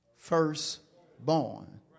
Firstborn